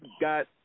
got